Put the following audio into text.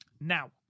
Now